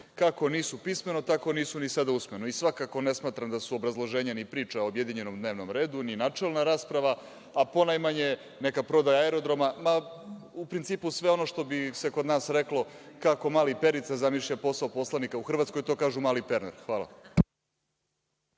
kako nisu pismeno, tako nisu ni sada usmeno. I svakako ne smatram da su obrazloženja, ni priča o objedinjenom dnevnom redu, ni načelna rasprava, a ponajmanje prodaja aerodroma u principu sve ono što bi se kod nas reklo – kako mali Perica zamišlja posao poslanika u Hrvatskoj, to kažu mali Perner. Hvala.